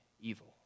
evil